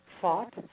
fought